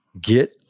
get